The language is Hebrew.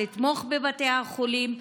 לתמוך בבתי החולים,